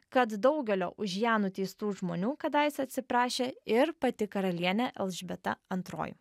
kad daugelio už ją nuteistų žmonių kadaise atsiprašė ir pati karalienė elžbieta antroji